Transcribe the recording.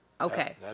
Okay